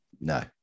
No